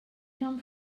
come